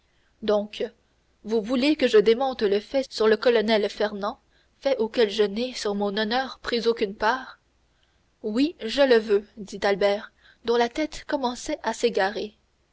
donc vous voulez que je démente le fait sur le colonel fernand fait auquel je n'ai sur mon honneur pris aucune part oui je le veux dit albert dont la tête commençait à s'égarer